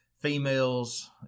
females